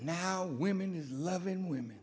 how women is loving women